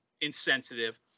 insensitive